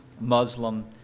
Muslim